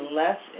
less